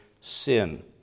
sin